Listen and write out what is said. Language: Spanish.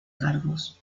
cargos